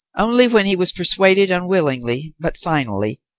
only when he was persuaded unwillingly, but finally,